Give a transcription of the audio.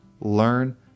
learn